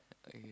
okay